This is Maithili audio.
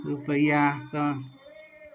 रुपैआके